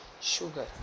Sugar